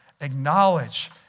Acknowledge